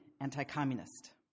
anti-communist